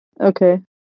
Okay